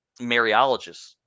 mariologists